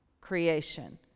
creation